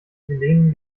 hellenen